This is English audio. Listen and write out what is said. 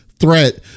threat